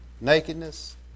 nakedness